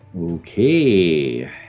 Okay